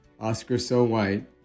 OscarSoWhite